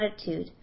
attitude